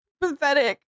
pathetic